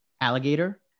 alligator